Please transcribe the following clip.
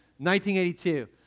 1982